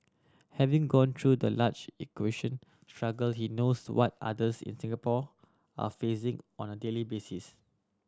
having gone through the language acquisition struggle he knows what others in Singapore are facing on a daily basis